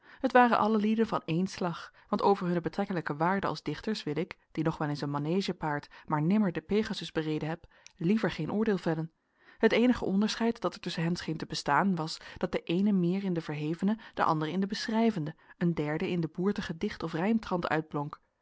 het waren allen lieden van één slag want over hunne betrekkelijke waarde als dichters wil ik die nog wel eens een manegepaard maar nimmer den pegasus bereden heb liever geen oordeel vellen het eenige onderscheid dat er tusschen hen scheen te bestaan was dat de eene meer in den verhevenen de andere in den beschrijvenden een derde in den boertigen dicht of